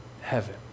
Heaven